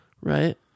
Right